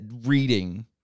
reading